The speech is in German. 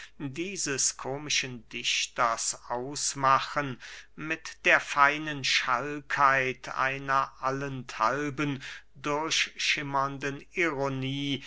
dieses komischen dichters ausmachen mit der feinen schalkheit einer allenthalben durchschimmernden ironie